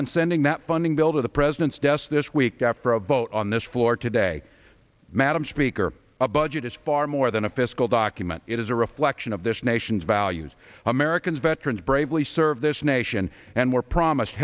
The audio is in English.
on sending that funding bill to the president's desk this week after a vote on this floor today madam speaker a budget is far more than a fiscal document it is a reflection of this nation's values americans veterans bravely serve this nation and were promised